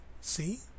See